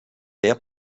der